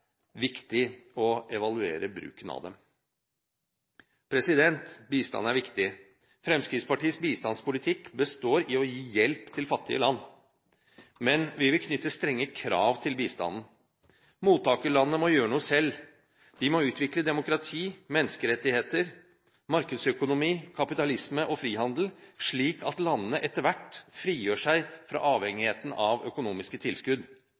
viktig å evaluere bruken av dem. Bistand er viktig. Fremskrittspartiets bistandspolitikk består i å gi hjelp til fattige land. Men vi vil knytte strenge krav til bistanden. Mottakerlandene må gjøre noe selv. De må utvikle demokrati, menneskerettigheter, markedsøkonomi, kapitalisme og frihandel, slik at landene etter hvert frigjør seg fra avhengigheten av økonomisk tilskudd.